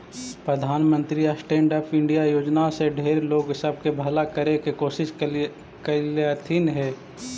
प्रधानमंत्री stand up India योजना से ढेर लोग सब के भला करे के कोशिश कयलथिन हे